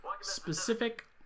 Specific